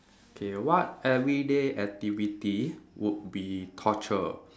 okay what everyday activity would be torture